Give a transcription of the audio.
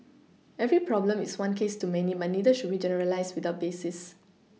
every problem is one case too many but neither should we generalise without basis